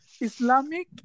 Islamic